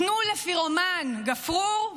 תנו לפירומן גפרור,